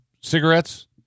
cigarettes